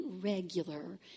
regular